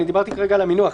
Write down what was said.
אני דיברתי כרגע על המינוח.